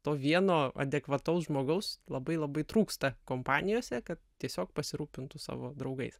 to vieno adekvataus žmogaus labai labai trūksta kompanijose kad tiesiog pasirūpintų savo draugais